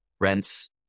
rents